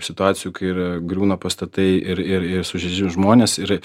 situacijų kai ir griūna pastatai ir ir ir sužeidžia žmones ir